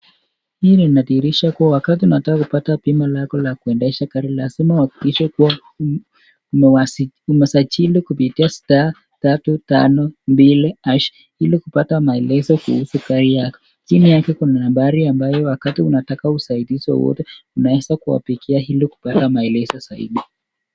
Hii inadhihirisha kua wakati unataka kupata bima lako la kuendesha gari lazima uhakikishe umesajili kupitia [star] tatu tano mbili[hash] ili kupata maelezo kuhusu kadi yake. Chini yake kuna nambari ambayo wakati unataka usaidizi wowote unaweza kuwapigia ili kupata maelezo zaidi.